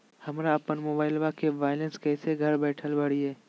हमरा अपन मोबाइलबा के बैलेंस कैसे घर बैठल भरिए?